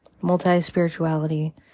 multi-spirituality